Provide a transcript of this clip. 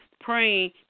praying